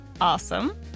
Awesome